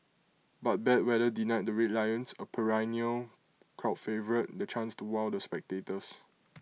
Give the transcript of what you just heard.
but bad weather denied the Red Lions A perennial crowd favourite the chance to wow the spectators